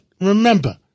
remember